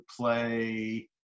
play –